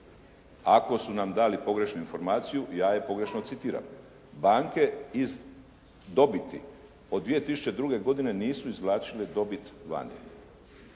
ako su nam dali pogrešnu informaciju ja je pogrešno citiram. Banke iz dobiti od 2002. godine nisu izvlačile dobit vani